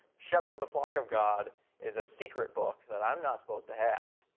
shepard the flock of god is a secret book that i'm not suppose to have.